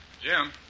Jim